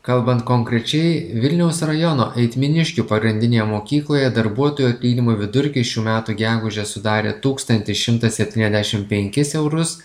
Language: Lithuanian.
kalbant konkrečiai vilniaus rajono eitminiškių pagrindinėje mokykloje darbuotojų atlyginimų vidurkis šių metų gegužę sudarė tūkstantį šimtą septyniasdešim penkis eurus